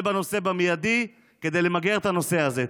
בנושא במיידי כדי למגר את הנושא הזה.